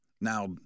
Now